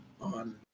on